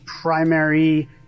primary